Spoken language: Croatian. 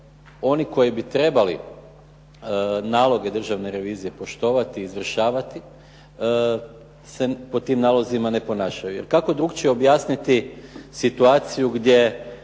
oni koji bi trebali naloge Državne revizije poštovati i izvršavati se po tim nalozima ne ponašaju. Jer kako drukčije objasniti situaciju gdje